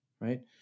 right